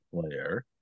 player